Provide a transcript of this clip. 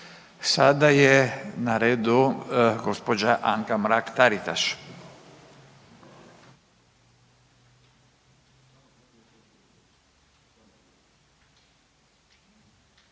Sada je na redu gospođa Anka Mrak Taritaš. Izvolite.